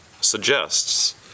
suggests